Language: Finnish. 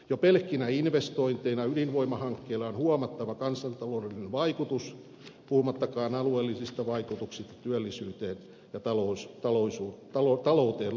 jo pelkkinä investointeina ydinvoimahankkeella on huomattava kansantaloudellinen vaikutus puhumattakaan alueellisista vaikutuksista työllisyyteen ja talouteen laajemminkin